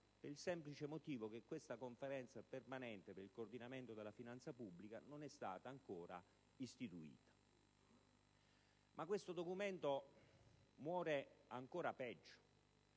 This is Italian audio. per il semplice motivo che questa Conferenza permanente per il coordinamento della finanza pubblica non è stata ancora istituita. Ma questo documento muore ancora peggio,